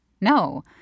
No